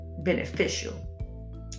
beneficial